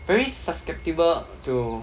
very susceptible to